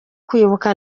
kwibuka